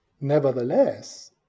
Nevertheless